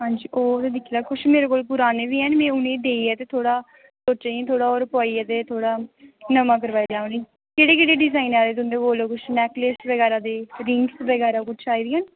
हांजी होग दिक्खी लैओ किश मेरे कोल पराने बी हैन ते उ'नेंगी देइयै ते थोहड़ा सोचा दी थोह्ड़ा होर पोआइयै ते थोह्ड़ा नमां करवाई लै उनेंगी केह्डे़ केह्ड़े डिइाजन आए दे तुंदे कोल किश नेकलेस बगैरा दे रिंग्स बगैरा कुछ आई दियां न